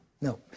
no